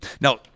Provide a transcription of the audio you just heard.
Now